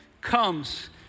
comes